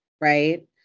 Right